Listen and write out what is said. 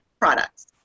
products